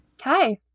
Hi